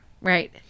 right